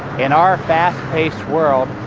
in our fast-paced world,